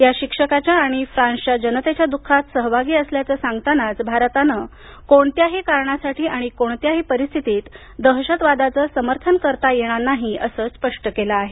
या शिक्षकाच्या आणि फ्रान्सच्या जनतेच्या द्खात सहभागी असल्याचं सांगतानाच भारतानं कोणत्याही कारणासाठी आणि कोणत्याही परिस्थितीत दहशतवादाचं समर्थन करता येणार नाही असं स्पष्ट केलं आहे